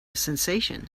sensation